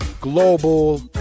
global